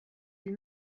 îles